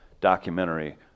documentary